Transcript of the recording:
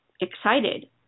excited